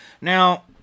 Now